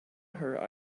her